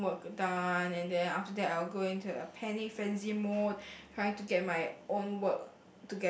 getting work done and then after that I will go into a panic frenzy mode trying to get my own work